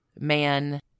man